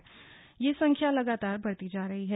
और यह संख्या लगातार बढ़ती जा रही है